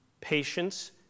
patience